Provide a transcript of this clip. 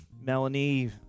Melanie